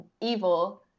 evil